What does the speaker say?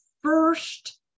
first